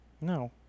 no